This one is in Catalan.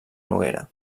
noguera